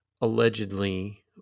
allegedly